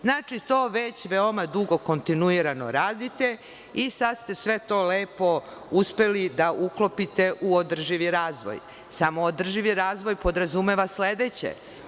Znači, to već veoma dugo kontinuirano radite i sad ste sve to lepo uspeli da uklopite u održivi razvoj, samo održivi razvoj podrazumeva sledeće.